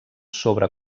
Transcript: sobre